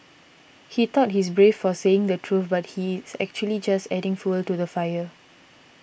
he thought he's brave for saying the truth but he's actually just adding fuel to the fire